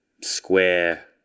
square